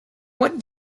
what